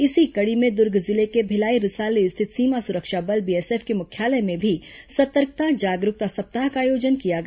इसी कड़ी में दुर्ग जिले के भिलाई रिसाली स्थित सीमा सुरक्षा बल बीएसएफ के मुख्यालय में भी सतर्कता जागरूकता सप्ताह का आयोजन किया गया